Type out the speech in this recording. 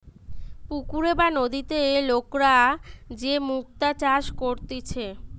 পুকুরে বা নদীতে লোকরা যে মুক্তা চাষ করতিছে